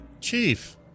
Chief